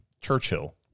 Churchill